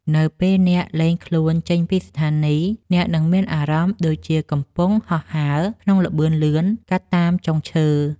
នៅពេលអ្នកលែងខ្លួនចេញពីស្ថានីយ អ្នកនឹងមានអារម្មណ៍ដូចជាកំពុងហោះហើរក្នុងល្បឿនលឿនកាត់តាមចុងឈើ។